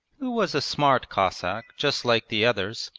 who was a smart cossack just like the others,